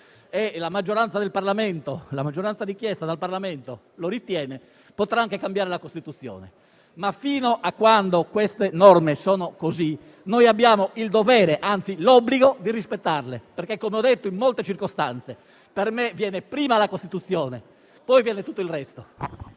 e la maggioranza richiesta dal Parlamento lo ritiene, potrà anche cambiare la Costituzione, ma fino a quando le norme sono quelle attuali, noi abbiamo il dovere, anzi l'obbligo, di rispettarle perché, come ho detto in molte circostanze, per me viene prima la Costituzione, poi tutto il resto.